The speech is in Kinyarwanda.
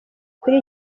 kuri